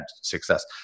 success